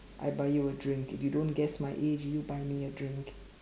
I buy you a drink if you don't guess my age you buy me a drink